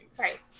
Right